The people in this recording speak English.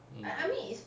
mm